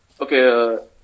Okay